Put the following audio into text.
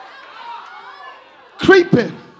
Creeping